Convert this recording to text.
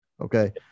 okay